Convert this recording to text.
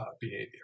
behavior